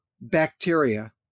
bacteria